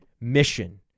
mission